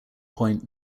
point